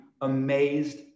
amazed